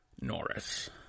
Norris